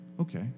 Okay